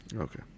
okay